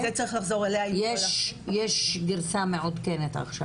יש גירסה מעודכנת עכשיו.